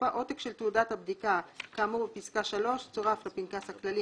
(4)עותק של תעודת הבדיקה כאמור בפסקה (3) צורף לפנקס הכללי,